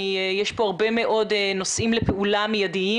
יש כאן הרבה מאוד נושאים לפעולה מיידית.